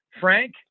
Frank